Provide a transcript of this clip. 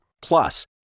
Plus